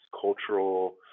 cultural